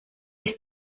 ist